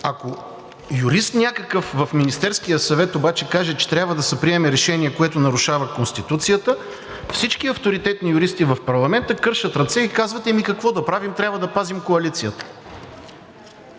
Ако някакъв юрист в Министерския съвет обаче каже, че трябва да се приеме решение, което нарушава Конституцията, всички авторитетни юристи в парламента кършат ръце и казват: ами какво да правим, трябва да пазим коалицията.